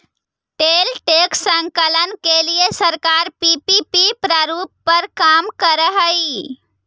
toll tax संकलन के लिए सरकार पीपीपी प्रारूप पर काम करऽ हई